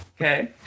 Okay